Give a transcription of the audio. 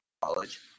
college